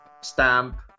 Stamp